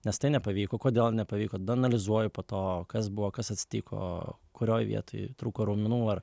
nes tai nepavyko kodėl nepavyko tada analizuoju po to kas buvo kas atsitiko kurioj vietoj trūko raumenų ar